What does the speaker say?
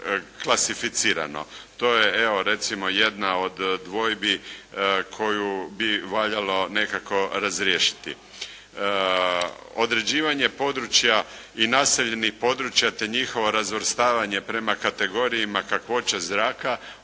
klasificirano. To je evo recimo jedna od dvojbi koju bi valjalo nekako razriješiti. Određivanje područja i naseljenih područja, te njihovo razvrstavanje prema kategorijama kakvoće zraka utvrđuje